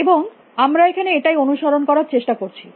এবং আমরা এখানে এটাই অনুসরণ করার চেষ্টা করছি